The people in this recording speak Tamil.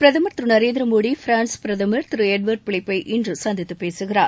பிரதமர் திரு நரேந்திர மோடி பிரான்ஸ் பிரதமர் எட்வர்டு பிலிப்பை இன்று சந்தித்து பேசுகிறார்